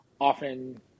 often